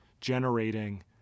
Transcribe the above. generating